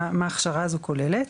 מה ההכשרה הזו כוללת.